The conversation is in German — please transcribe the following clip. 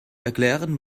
erklären